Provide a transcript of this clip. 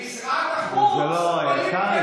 ומשרד החוץ, קרעי,